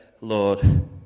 Lord